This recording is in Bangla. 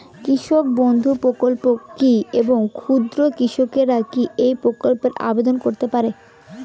কৃষক বন্ধু প্রকল্প কী এবং ক্ষুদ্র কৃষকেরা কী এই প্রকল্পে আবেদন করতে পারবে?